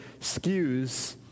skews